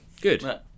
good